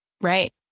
Right